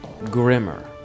grimmer